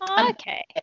okay